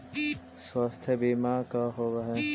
स्वास्थ्य बीमा का होव हइ?